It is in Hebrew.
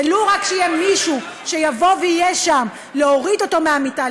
ולו רק שיהיה מישהו שיבוא ויהיה שם להוריד אותו מהמיטה,